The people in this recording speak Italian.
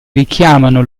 richiamano